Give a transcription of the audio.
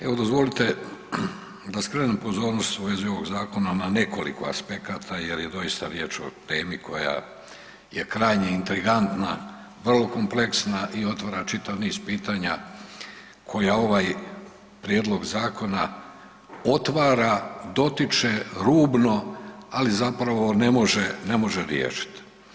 Evo dozvolite da skrenem pozornost u vezi ovog zakona na nekoliko aspekata jel je doista riječ o temi koja je krajnje intrigantna, vrlo kompleksna i otvara čitav niz pitanja koja ovaj prijedlog zakona otvara, dotiče rubno, ali zapravo ne može, ne može riješit.